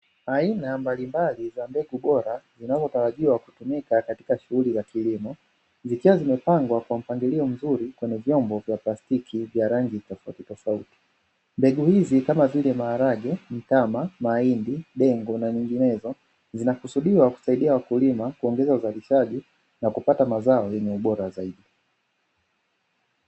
Aina mbalimbali za mbegu bora zinazotarajiwa kutumika katika shughuli za kilimo, zikiwa zimepangwa kwa mpangilio mzuri kwenye vyombo vya plastiki vya rangi tofautitofauti, mbegu hizi kama vile: maharage, mtama, mahindi, dengu na nyinginezo zinakusudiwa kusaidia wakulima kuongeza uzalishaji na kupata mazao yenye ubora zaidi.